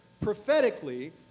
prophetically